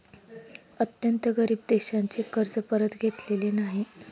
अत्यंत गरीब देशांचे कर्ज परत घेतलेले नाही